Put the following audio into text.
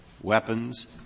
weapons